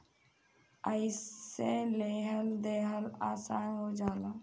अइसे लेहल देहल आसन हो जाला